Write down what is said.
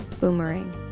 Boomerang